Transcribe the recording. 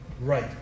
Right